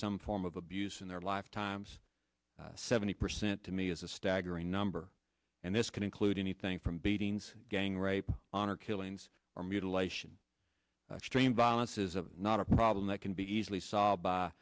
some form of abuse in their lifetimes seventy percent to me is a staggering number and this can include anything from beatings gang rape honor killings are mutilation extreme violence is a not a problem that can be easily solved by